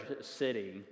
city